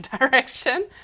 direction